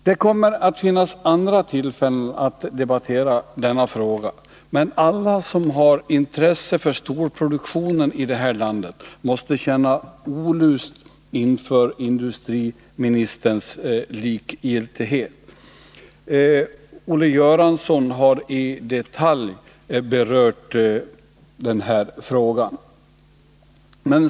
Det kommer att finnas andra tillfällen att debattera denna fråga, men alla som har intresse för stålproduktionen i det här landet måste känna olust inför industriministerns likgiltighet. Olle Göransson har i detalj berört den här frågan.